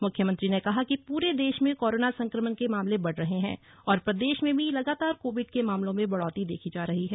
मुख्यमंत्री ने कहा कि पूरे देश में कोरोना संक्रमण के मामले बढ़ रहे है और प्रदेश में भी लगातार कोविड के मामलों में बढ़ोतरी देखी जा रही है